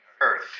Earth